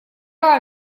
are